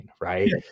Right